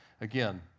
again